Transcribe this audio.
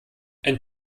ein